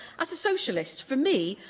as a socialist, for me,